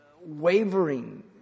wavering